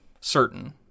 certain